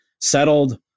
settled